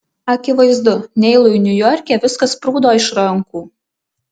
akivaizdu neilui niujorke viskas sprūdo iš rankų